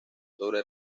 sobre